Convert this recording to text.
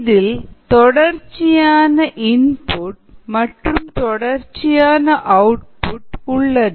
இதில் தொடர்ச்சியான இன்புட் மற்றும் தொடர்ச்சியான அவுட்புட் உள்ளது